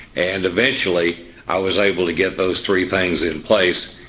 and eventually i was able to get those three things in place,